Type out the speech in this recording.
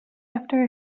after